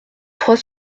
trois